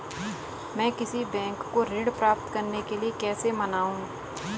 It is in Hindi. मैं किसी बैंक को ऋण प्राप्त करने के लिए कैसे मनाऊं?